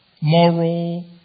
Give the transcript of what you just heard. moral